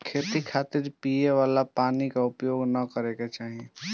खेती खातिर पिए वाला पानी क उपयोग ना करे के चाही